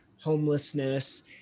homelessness